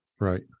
Right